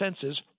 senses